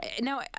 Now